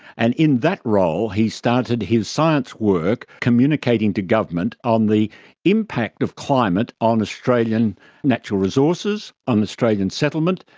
and in that role he started his science work communicating to government on the impact of climate on australian natural resources, on australian settlement,